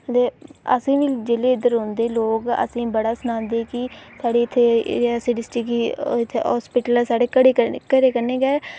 ते असें बी जेल्लै इद्धर औंदे लोग ते साढ़े इत्थें बड़ा सनांदे कि एह् रियासी डिस्ट्रिक्ट ही ते ओह् इत्थै हॉस्पिटल ऐ साढ़े घरै कन्नै गै